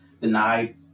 Denied